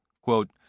Quote